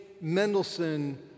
Mendelssohn